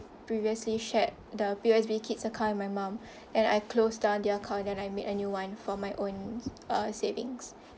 previously shared the P_O_S_B kids account with my mom and I closed down the account then I made a new [one] for my own uh savings